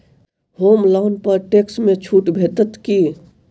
होम loan पर tax मे छुट भेटत की